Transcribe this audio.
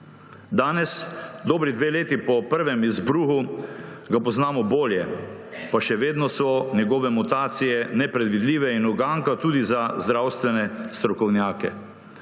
Danes, dobri dve leti po prvem izbruhu ga poznamo bolje, pa še vedno so njegove mutacije nepredvidljive in uganka tudi za zdravstvene strokovnjake.